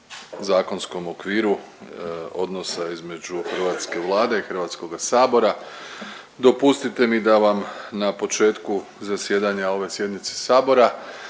zakonskom okviru odnosa između hrvatske Vlade i hrvatskoga sabora dopustite mi da vam na početku zasjedanja ove sjednice sabora